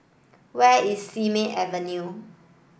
where is Simei Avenue